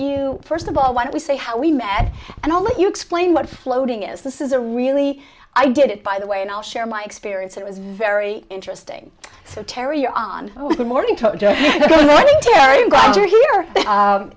you first of all when we say how we met and i'll let you explain what floating is this is a really i did it by the way and i'll share my experience it was very interesting so terry on good morning